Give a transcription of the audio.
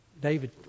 David